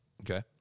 Okay